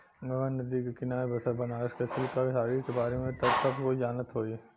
गंगा नदी के किनारे बसल बनारस क सिल्क क साड़ी के बारे में त सब कोई जानत होई